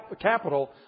capital